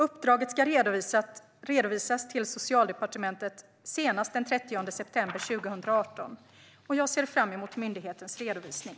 Uppdraget ska redovisas till Socialdepartementet senast den 30 september 2018, och jag ser fram emot myndighetens redovisning.